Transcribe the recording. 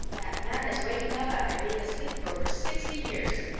that man is waking up after being asleep for over sixty years.